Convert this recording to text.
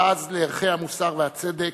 בז לערכי המוסר והצדק,